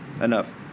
enough